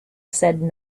said